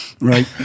right